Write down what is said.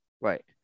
Right